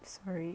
sorry